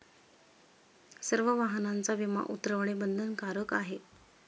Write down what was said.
सर्व वाहनांचा विमा उतरवणे बंधनकारक आहे